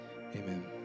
amen